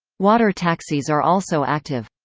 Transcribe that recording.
water taxis are also active.